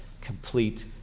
complete